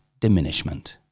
diminishment